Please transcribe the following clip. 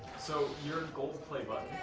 so your gold play but